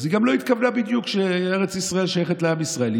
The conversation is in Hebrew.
אז היא גם לא התכוונה בדיוק שארץ ישראל שייכת לעם ישראל.